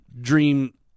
Dream